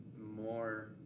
more